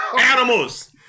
Animals